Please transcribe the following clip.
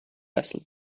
vessel